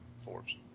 Forbes